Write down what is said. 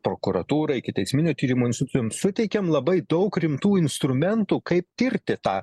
prokuratūrai ikiteisminio tyrimo institucijoms suteikam labai daug rimtų instrumentų kaip tirti tą